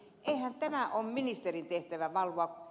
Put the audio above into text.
eihän tämä ole ministerin tehtävä valvoa